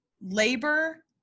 labor